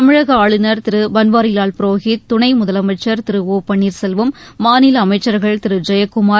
தமிழக ஆளுநர் திரு பன்வாரிவால் புரோஹித் துணை முதலமைச்சர் திரு ஓ பன்னீர்செல்வம் மாநில அமைச்சர்கள் திரு ஜெயக்குமார்